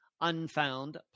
Unfound